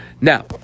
Now